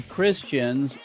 Christians